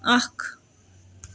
آکھ